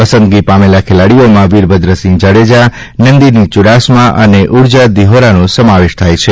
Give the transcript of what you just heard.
પસંદગી પામેલા ખેલાડીઓમાં વિરભદ્રસિંહ જાડેજા નંદીની ચૂડાસમા અને ઉર્જા દિહોરાનો સમાવેશ થાય છે